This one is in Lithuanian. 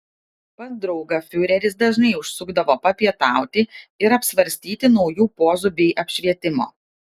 pas draugą fiureris dažnai užsukdavo papietauti ir apsvarstyti naujų pozų bei apšvietimo